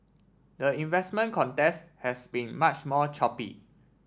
the investment contest has been much more choppy